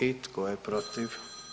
I tko je protiv?